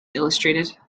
illustrated